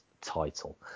title